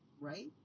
right